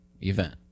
event